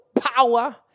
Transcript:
power